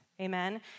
Amen